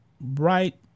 right